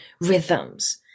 rhythms